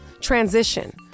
transition